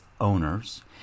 owners